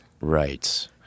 Right